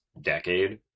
decade